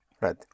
Right